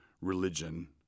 religion